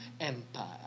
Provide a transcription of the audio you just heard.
Empire